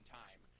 time